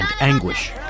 anguish